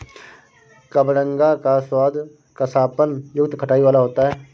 कबडंगा का स्वाद कसापन युक्त खटाई वाला होता है